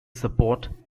support